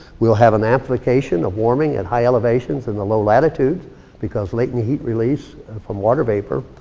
we'll have an application of warming at high elevations in the low latitudes because late in the heat release from water vapor.